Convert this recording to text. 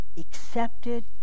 accepted